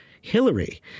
Hillary